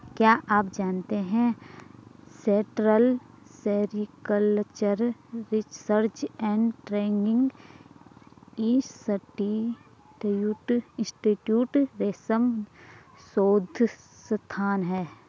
क्या आप जानते है central sericultural research and training institute रेशम शोध संस्थान है?